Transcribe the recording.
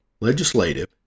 Legislative